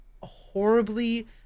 horribly